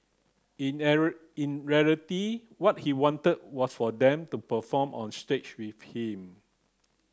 in in reality what he wanted was for them to perform on stage with him